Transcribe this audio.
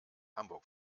hamburg